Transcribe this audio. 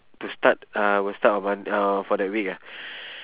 to start uh will start on mon~ uh for that week ah